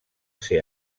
ser